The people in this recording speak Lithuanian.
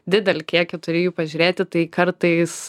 didelį kiekį turi jų pažiūrėti tai kartais